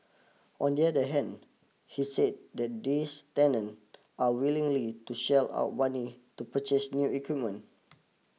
on the other hand he said that this tenant are unwillingly to shell out money to purchase new equipment